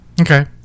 Okay